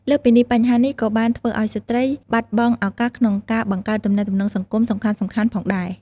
លើសពីនេះ បញ្ហានេះក៏បានធ្វើឱ្យស្ត្រីបាត់បង់ឱកាសក្នុងការបង្កើតទំនាក់ទំនងសង្គមសំខាន់ៗផងដែរ។